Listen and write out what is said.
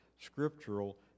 scriptural